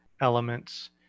elements